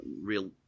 real